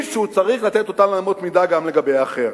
שהוא צריך לתת את אותן אמות מידה גם לגבי האחר.